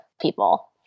people